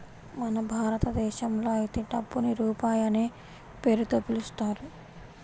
మన భారతదేశంలో అయితే డబ్బుని రూపాయి అనే పేరుతో పిలుస్తారు